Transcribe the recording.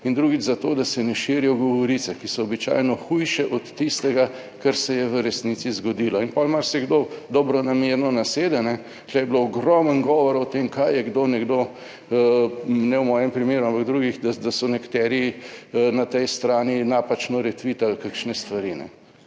in drugič, za to, da se ne širijo govorice, ki so običajno hujše od tistega, kar se je v resnici zgodilo. Potem marsikdo dobronamerno nasede. Tu je bilo ogromno govora o tem, kaj je kdo, nekdo, ne v mojem primeru, ampak v drugih, da so nekateri na tej strani napačno retvitali kakšne stvari.